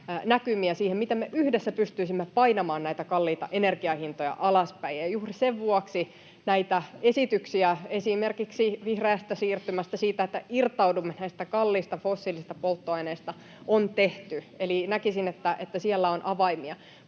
näkymiä siihen, miten me yhdessä pystyisimme painamaan näitä kalliita energian hintoja alaspäin. Juuri sen vuoksi näitä esityksiä esimerkiksi vihreästä siirtymästä, siitä, että irtaudumme näistä kallista fossiilisista polttoaineista, on tehty, [Riikka Purran välihuuto] eli näkisin, että siellä on avaimia.